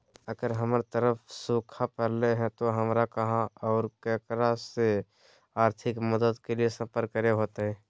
अगर हमर तरफ सुखा परले है तो, हमरा कहा और ककरा से आर्थिक मदद के लिए सम्पर्क करे होतय?